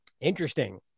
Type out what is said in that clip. Interesting